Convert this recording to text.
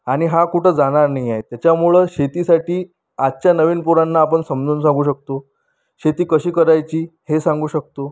आणि हा कुठं जाणार नाही आहे त्याच्यामुळं शेतीसाठी आजच्या नवीन पोरांना आपण समजून सांगू शकतो शेती कशी करायची हे सांगू शकतो